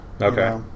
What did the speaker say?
Okay